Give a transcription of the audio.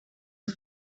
het